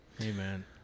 Amen